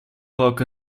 work